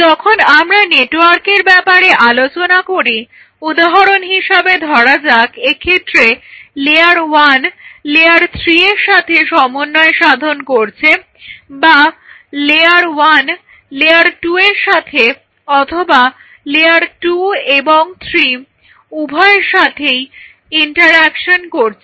যখন আমরা নেটওয়ার্কের ব্যাপারে আলোচনা করি উদাহরন হিসাবে ধরা যাক এক্ষেত্রে লেয়ার 1 লেয়ার 3 এর সাথে সমন্বয় সাধন করছে বা লেয়ার 1 লেয়ার 2 এর সাথে অথবা লেয়ার 2 এবং 3 উভয়ের সাথে ইন্টারঅ্যাকশন করছে